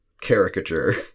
caricature